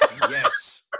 yes